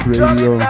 Radio